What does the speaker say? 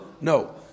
No